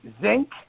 zinc